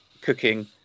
cooking